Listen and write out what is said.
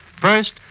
First